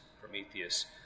Prometheus